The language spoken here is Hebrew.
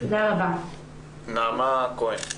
נעמה כהן.